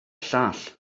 llall